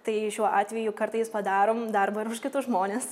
tai šiuo atveju kartais padarom darbą ir už kitus žmones